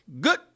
Good